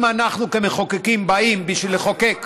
אם אנחנו כמחוקקים באים בשביל לחוקק,